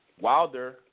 Wilder